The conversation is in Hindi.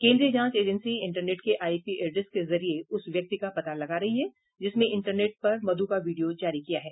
केन्द्रीय जांच एजेंसी इंटरनेट के आईपी एड्रेस के जरिये उस व्यक्ति का पता लगा रही है जिसमें इंटरनेट पर मधु का वीडियो जारी किया है